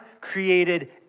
created